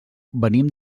venim